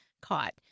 caught